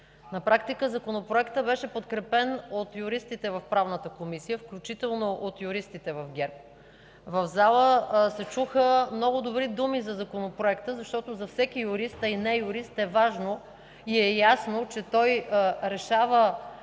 На практика Законопроектът беше подкрепен от юристите в Правната комисия, включително от юристите в ГЕРБ. В залата се чуха много добри думи за Законопроекта, защото за всеки юрист, а и не-юрист е важно и е ясно, че той решава